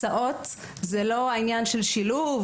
הסעות זה לא העניין של שילוב,